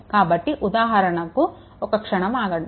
కాబట్టి ఉదాహరణకు ఒక్క క్షణం ఆగండి